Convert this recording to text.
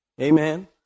Amen